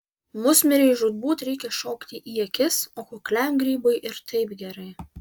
musmirei žūtbūt reikia šokti į akis o kukliam grybui ir taip gerai